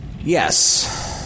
Yes